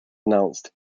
announced